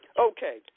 Okay